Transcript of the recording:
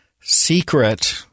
secret